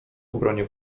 obronie